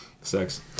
Sex